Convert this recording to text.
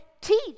teach